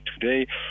today